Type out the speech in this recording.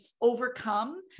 overcome